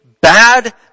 bad